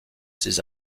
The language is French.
ses